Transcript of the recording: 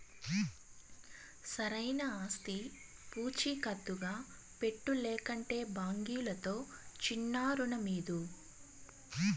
సరైన ఆస్తి పూచీకత్తుగా పెట్టు, లేకంటే బాంకీలుతో చిన్నా రుణమీదు